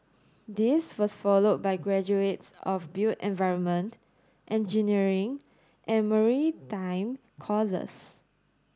this was followed by graduates of built environment engineering and maritime courses